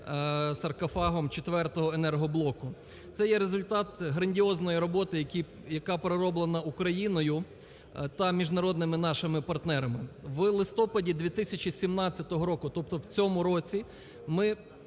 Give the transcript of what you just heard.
саркофагом четвертого енергоблоку. Це є результат грандіозної роботи, яка пророблена Україною та міжнародними нашими партнерами. В листопаді 2017 року, тобто в цьому році ми